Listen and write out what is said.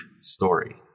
story